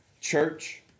Church